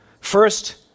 First